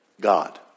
God